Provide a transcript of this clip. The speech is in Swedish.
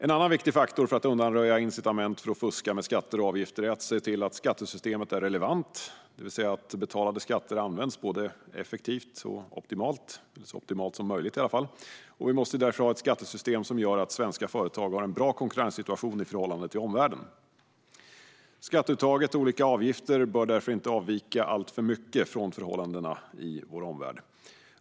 En annan viktig faktor för att undanröja incitament för att fuska med skatter och avgifter är att se till att skattesystemet är relevant, det vill säga att betalade skatter används effektivt och optimalt - eller så optimalt som möjligt i alla fall. Vi måste därför ha ett skattesystem som gör att svenska företag har en bra konkurrenssituation i förhållande till omvärlden. Skatteuttaget och olika avgifter bör därför inte avvika alltför mycket från förhållandena i vår omvärld.